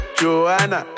Joanna